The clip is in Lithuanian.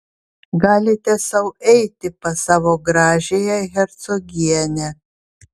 galite sau eiti pas savo gražiąją hercogienę